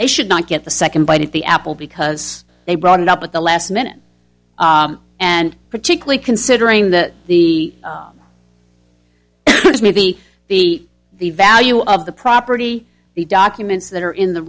they should not get the second bite at the apple because they brought it up at the last minute and particularly considering the the maybe the the value of the property the documents that are in the